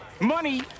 Money